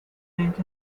event